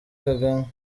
kagame